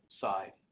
side